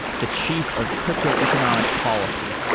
the chief of crypto economic policy.